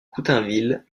coutainville